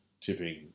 tipping